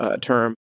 term